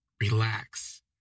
Relax